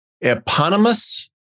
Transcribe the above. eponymous